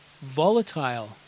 volatile